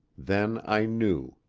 then i knew,